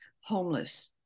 homeless